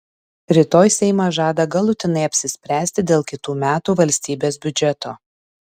rytoj seimas žada galutinai apsispręsti dėl kitų metų valstybės biudžeto